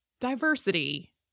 diversity